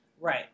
Right